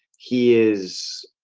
he is